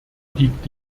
liegt